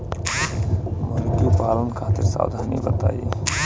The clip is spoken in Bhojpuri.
मुर्गी पालन खातिर सावधानी बताई?